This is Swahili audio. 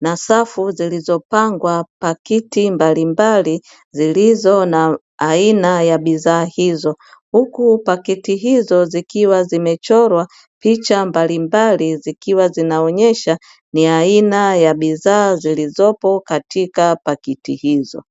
na safu zilizopangwa pakiti mbalimbali zilizo na aina ya bidhaa hizo; huku paketi hizo zikiwa zimechorwa picha mbalimbali zikiwa zinaonyesha ni aina ya bidhaa zilizopo katika paketi hizo.